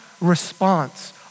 response